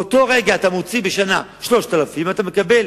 באותו רגע אתה מוציא בשנה 3,000 ומקבל